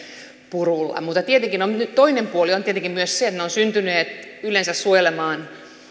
purulla mutta toinen puoli on tietenkin myös se että normit ovat syntyneet yleensä suojelemaan